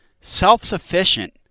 self-sufficient